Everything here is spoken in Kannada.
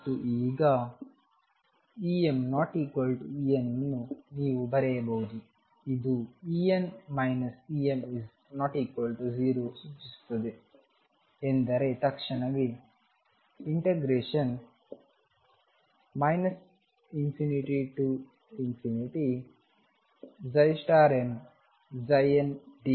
ಮತ್ತು ಈಗ EmEnಅನ್ನು ನೀವು ಬರೆಯಬಹುದುಇದು En Em≠0 ಸೂಚಿಸುತ್ತದೆ ಎಂದರೆ ತಕ್ಷಣವೇEm ∞mndx0ಎಂದು ಅರ್ಥ